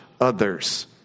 others